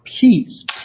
peace